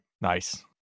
Nice